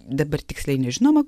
dabar tiksliai nežinoma